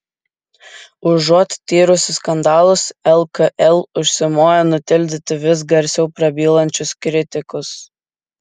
užuot tyrusi skandalus lkl užsimojo nutildyti vis garsiau prabylančius kritikus